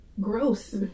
gross